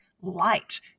light